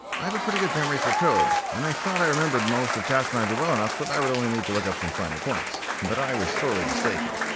i have a pretty good memory for code. and i thought i remembered most of task manager well enough that i would only need to look up some finer points, but i was sorely mistaken.